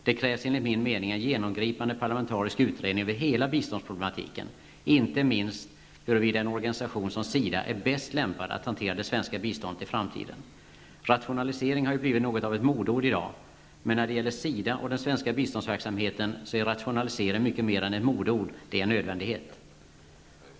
Det krävs enligt min mening en genomgripande parlamentarisk utredning över hela biståndsproblematiken, inte minst huruvida en organisation som SIDA är bäst lämpad att hantera det svenska biståndet i framtiden. Rationalisering har ju blivit något av ett modeord i dag, men när det gäller SIDA och den svenska biståndsverksamheten är rationalisering mycket mer än ett modeord -- det är en nödvändighet.